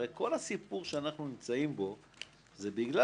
הרי כל הסיפור שאנחנו נמצאים בו הוא בגלל